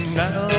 now